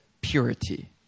purity